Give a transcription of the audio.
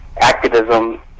activism